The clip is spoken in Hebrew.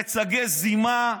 מיצגי זימה,